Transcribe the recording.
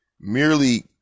Merely